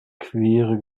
queere